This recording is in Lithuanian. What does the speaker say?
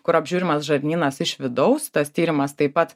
kur apžiūrimas žarnynas iš vidaus tas tyrimas taip pat